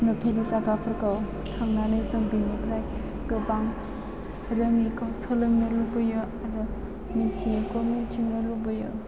नुफेरै जायगाफोरखौ थांनानै जों बेनिफ्राय गोबां रोङैखौ सोलोंनो लुबैयो आरो मिथियैखौ मिथिनो लुबैयो